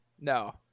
No